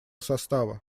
состава